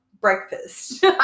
breakfast